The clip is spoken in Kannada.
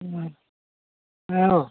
ಹ್ಞೂ ಹಾಂ